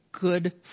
good